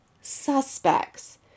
suspects